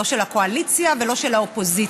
לא של הקואליציה ולא של האופוזיציה.